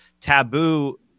taboo